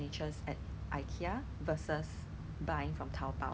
所以 but 我很喜欢吃 lor like 很难做